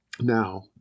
now